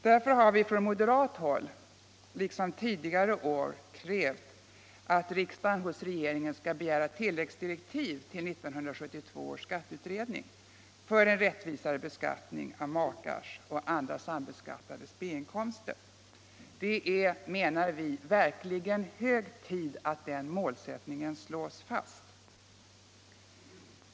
Därför har vi från moderat håll i år liksom tidigare år krävt att riksdagen hos regeringen skall begära tillläggsdirektiv till 1972 års skatteutredning för en rättvisare beskattning av makars och andra sambeskattades B-inkomster. Det är, menar vi, verkligen hög tid att den målsättningen slås fast.